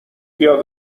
بیا